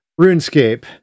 RuneScape